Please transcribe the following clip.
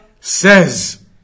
says